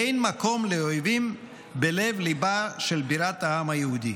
אין מקום לאויבים בלב ליבה של בירת העם היהודי.